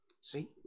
See